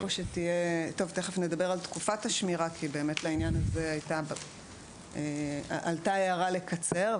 תכף נדבר על תקופת השמירה כי בעניין הזה עלתה הערה לקצר.